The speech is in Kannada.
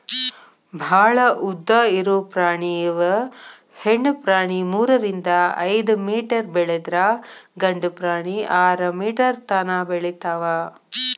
ಭಾಳ ಉದ್ದ ಇರು ಪ್ರಾಣಿ ಇವ ಹೆಣ್ಣು ಪ್ರಾಣಿ ಮೂರರಿಂದ ಐದ ಮೇಟರ್ ಬೆಳದ್ರ ಗಂಡು ಪ್ರಾಣಿ ಆರ ಮೇಟರ್ ತನಾ ಬೆಳಿತಾವ